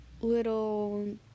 little